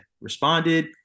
responded